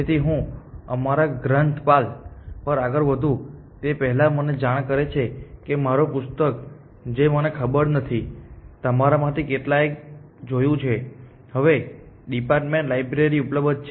તેથી હું અમારા ગ્રંથપાલ પર આગળ વધું તે પહેલાં મને જાણ કરે છે કે મારું પુસ્તક જે મને ખબર નથી કે તમારામાંથી કેટલાએ જોયું છે તે હવે ડિપાર્ટમેન્ટ લાઇબ્રેરીમાં ઉપલબ્ધ છે